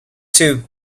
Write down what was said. two